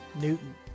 Newton